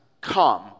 come